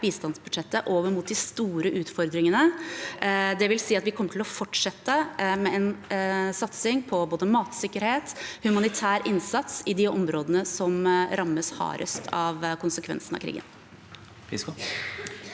bistandsbudsjettet over mot de store utfordringene, dvs. at vi kommer til å fortsette med en satsing på både matsikkerhet og humanitær innsats i de områdene som rammes hardest av konsekvensene av krigen.